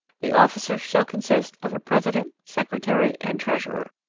the officers shall consist of a president, secretary, and treasurer.